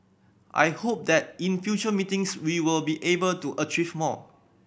I hope that in future meetings we will be able to achieve more